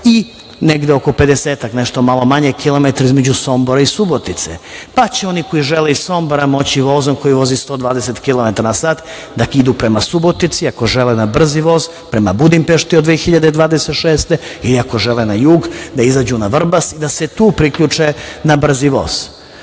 i negde oko pedesetak, nešto malo manje, kilometara između Sombora i Subotice, pa će oni koji žele iz Sombora moći vozom koji vozi 120 kilometara na sat da idu prema Subotici, ako žele na brzi voz prema Budimpešti od 2026. godine ili ako žele na jug, da izađu na Vrbas i da se tu priključe na brzi voz. Čuli